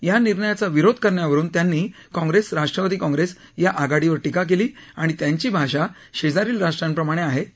या निर्णयाचा विरोध करण्यावरुन त्यांनी काँग्रेस राष्ट्रवादी काँग्रेस आघाडीवर टिका केली आणि त्यांची भाषा शेजारील राष्ट्राप्रमाणे आहे असंही ते म्हणाले